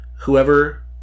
whoever